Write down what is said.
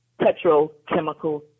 petrochemical